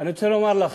אני רוצה לומר לך,